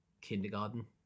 kindergarten